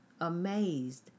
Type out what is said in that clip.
amazed